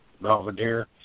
Belvedere